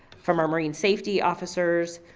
from our marine safety officers,